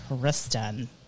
kristen